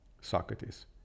Socrates